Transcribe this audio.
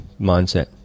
mindset